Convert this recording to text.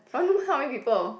oh normally how many people